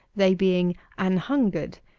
they being an hungered,